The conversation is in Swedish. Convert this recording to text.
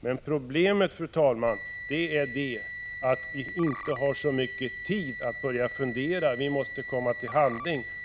Men problemet är att vi inte har så mycket tid att fundera, vi måste komma till handling.